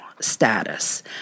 status